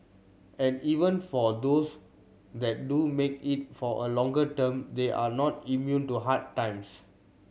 and even for those that do make it for a longer term they are not immune to hard times